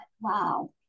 wow